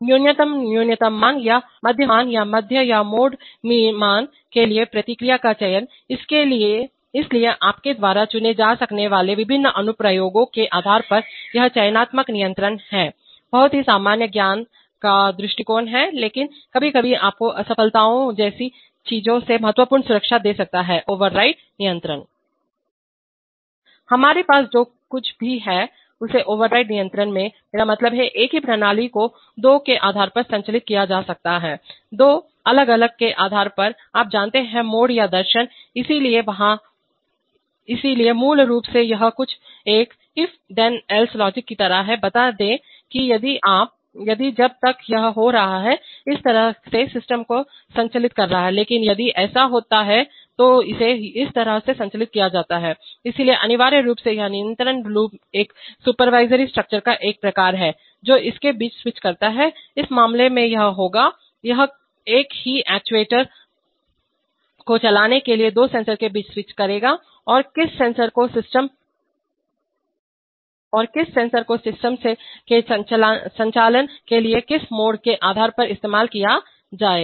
न्यूनतम न्यूनतम मान या माध्य मान या माध्य या मोड मान के लिए प्रतिक्रिया का चयन इसलिए आपके द्वारा चुने जा सकने वाले विभिन्न अनुप्रयोगों के आधार पर यह चयनात्मक नियंत्रण है बहुत ही सामान्य ज्ञान का दृष्टिकोण है लेकिन कभी कभी आपको ओवरराइड नियंत् असफलताओं जैसी चीजों से महत्वपूर्ण सुरक्षा दे सकता है हमारे पास जो कुछ भी है उसे ओवरराइड नियंत्रण में मेरा मतलब है एक ही प्रणाली को दो के आधार पर संचालित किया जा सकता है दो अलग अलग के आधार पर आप जानते हैं मोड या दर्शन इसलिए वहां इसलिए मूल रूप से यह कुछ एक if then else logic की तरह है बता दें कि यदि जब तक यह हो रहा है इस तरह से सिस्टम को संचालित कर रहा है लेकिन यदि ऐसा होता है तो इसे इस तरह से संचालित किया जाता है इसलिए अनिवार्य रूप से यह नियंत्रण लूप एक सुपरवाइजरी स्ट्रक्चर का एक प्रकार है जो इसके बीच स्विच करता है इस मामले में यह होगा यह एक ही एक्ट्यूएटर को चलाने के लिए दो सेंसर के बीच स्विच करेगा और किस सेंसर को सिस्टम के संचालन के लिए किस मोड के आधार पर इस्तेमाल किया जाएगा